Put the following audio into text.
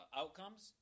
outcomes